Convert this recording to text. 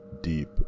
deep